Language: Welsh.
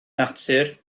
natur